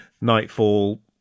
Nightfall